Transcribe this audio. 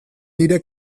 nire